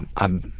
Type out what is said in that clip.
i'm?